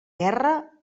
guerra